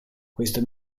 questo